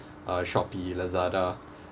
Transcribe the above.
uh Shopee Lazada